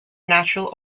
natural